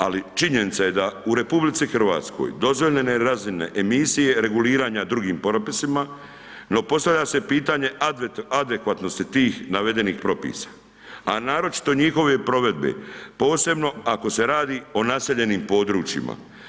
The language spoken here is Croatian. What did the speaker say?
Ali činjenica je da u RH dozvoljene razine emisije reguliranja drugim propisima, no postavlja se pitanje adekvatnosti tih navedenih propisa a naročito njihove provedbe, posebno ako se radi o naseljenim područjima.